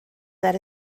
that